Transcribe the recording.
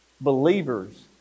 Believers